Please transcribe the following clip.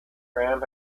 tram